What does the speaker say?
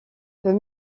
peut